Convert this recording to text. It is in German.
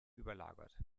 überlagert